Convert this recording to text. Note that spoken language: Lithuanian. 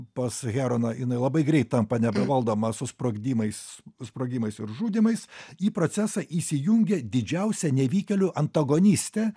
pas heroną jinai labai greit tampa nebevaldoma su sprogdimais sprogimais ir žudymais į procesą įsijungia didžiausia nevykėlių antagonistė